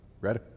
Ready